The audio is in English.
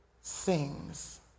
sings